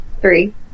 three